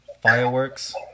fireworks